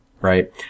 right